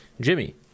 Jimmy